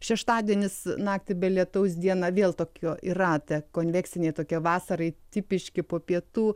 šeštadienis naktį be lietaus dieną vėl tokio į ratą konvekciniai tokie vasarai tipiški po pietų